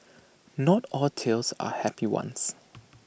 not all tales are happy ones